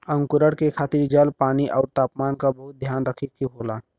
अंकुरण के खातिर जल, पानी आउर तापमान क बहुत ध्यान रखे के होला